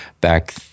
back